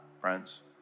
friends